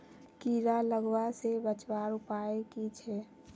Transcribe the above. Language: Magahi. कीड़ा लगवा से बचवार उपाय की छे?